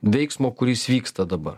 veiksmo kuris vyksta dabar